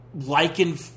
Lichen